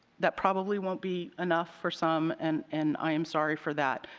that probably won't be enough for some and and i am sorry for that.